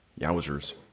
Yowzers